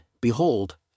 Behold